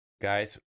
guys